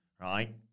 Right